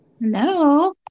Hello